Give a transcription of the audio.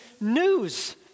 news